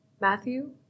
Matthew